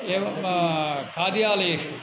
एवं कार्यालयेषु